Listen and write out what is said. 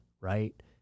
right